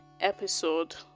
episode